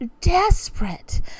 desperate